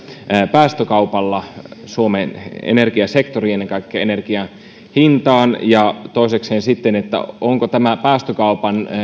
päästökaupalla suomen energiasektoriin ja ennen kaikkea energian hintaan ja toisekseen onko tämä päästökaupan